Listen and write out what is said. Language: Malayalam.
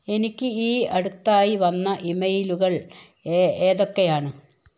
എനിക്ക് ഈ അടുത്തായി വന്ന ഇ മെയിലുകൾ ഏതൊക്കെയാണ്